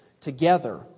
together